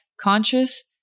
conscious